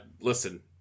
listen